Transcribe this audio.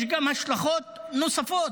יש גם השלכות נוספות,